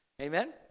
Amen